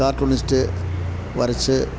cartoonist വരച്ച്